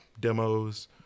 demos